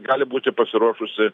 gali būti pasiruošusi